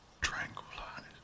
tranquilized